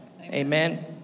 Amen